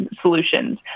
solutions